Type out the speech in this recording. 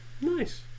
Nice